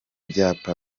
ibyapa